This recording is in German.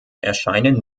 erscheinen